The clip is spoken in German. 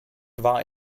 war